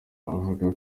avuga